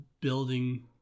building